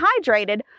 hydrated